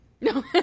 No